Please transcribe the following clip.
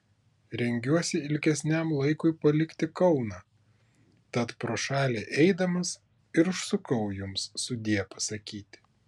rengiuosi ilgesniam laikui palikti kauną tat pro šalį eidamas ir užsukau jums sudie pasakyti